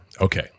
Okay